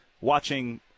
watching